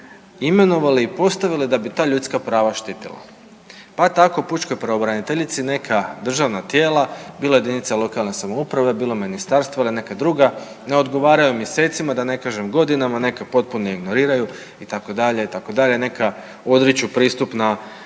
imenovali i postavili da bi ta ljudska prava štitila pa tako pučkoj pravobraniteljici neka državna tijela, bilo jedinice lokalne samouprave, bilo ministarstvo ili neka druga ne odgovaraju mjesecima, da ne kažem godinama, neka potpuno ignoriraju, itd., itd., neka odriču pristup na